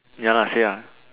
ya lah say ah